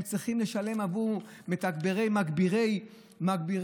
הם צריכים לשלם 6,000 שקל עבור מגבירי קליטה,